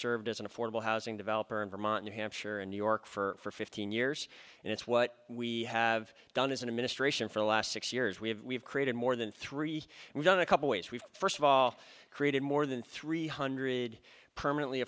served as an affordable housing developer in vermont new hampshire and new york for fifteen years and it's what we have done as an administration for the last six years we have we've created more than three we've done a couple ways we've first of all created more than three hundred permanently